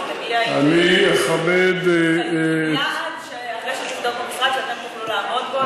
תגיע עם יעד אחרי שתבדוק במשרד שאתם תוכלו לעמוד בו,